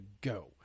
go